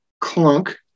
clunk